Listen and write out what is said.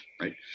Right